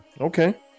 Okay